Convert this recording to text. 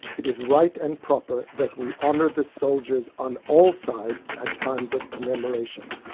it is right and proper that we honour the soldiers on all sides at times of commemoration.